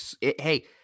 Hey